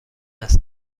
است